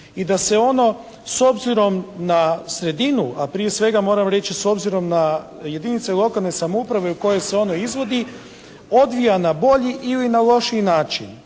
i da se ono s obzirom na sredinu, a prije svega moram reći s obzirom na jedinice lokalne samouprave u kojoj se ono izvodi odvija na bolji ili na lošiji način,